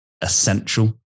essential